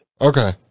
okay